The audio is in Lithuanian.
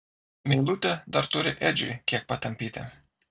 meilutė dar turi edžiui kiek patampyti